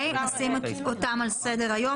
נשים אותם עלס דר היום.